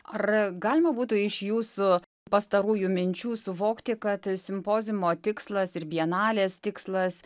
ar galima būtų iš jūsų pastarųjų minčių suvokti kad simpoziumo tikslas ir bienalės tikslas